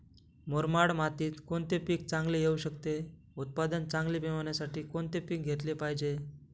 मुरमाड मातीत कोणते पीक चांगले येऊ शकते? उत्पादन चांगले मिळण्यासाठी कोणते पीक घेतले पाहिजे?